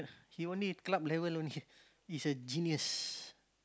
he only club level only is a genius